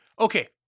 okay